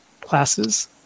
classes